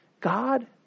God